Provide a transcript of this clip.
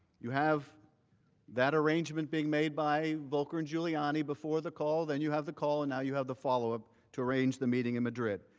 you have that arrangement being made by volcker and giuliani before the call. then you have the call, and then you have the follow-up to arrange the meeting in madrid.